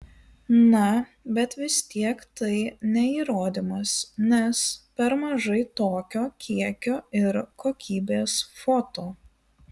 na bet vis tiek tai ne įrodymas nes per mažai tokio kiekio ir kokybės foto